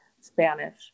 Spanish